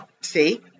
See